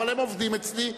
אבל הם עובדים אצלי,